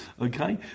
okay